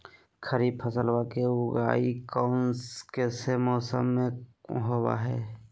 खरीफ फसलवा के उगाई कौन से मौसमा मे होवय है?